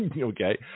Okay